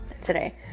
today